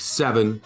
seven